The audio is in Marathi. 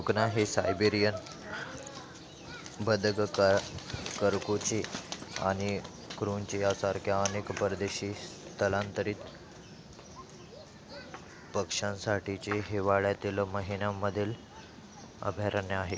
सुकना हे सायबेरियन बदक क करकोचे आणि क्रुंचे यासारक्या अनेक परदेशी स्थलांतरित पक्ष्यांसाठीचे हिवाळ्यातील महिन्यांमधील अभयारण्य आहे